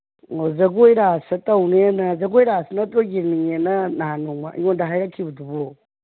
ꯑꯣ ꯖꯒꯣꯏ ꯔꯥꯁꯇ ꯇꯧꯅꯦꯅ ꯖꯒꯣꯏ ꯔꯥꯁ ꯅꯠꯇ꯭ꯔꯣ ꯌꯦꯡꯅꯦꯅ ꯅꯍꯥꯟ ꯅꯣꯡꯃ ꯑꯩꯉꯣꯟꯗ ꯍꯥꯏꯔꯛꯈꯤꯕꯗꯨꯕꯨ